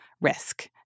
risk